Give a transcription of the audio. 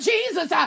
Jesus